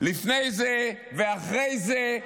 לפני זה ואחרי זה.